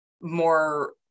more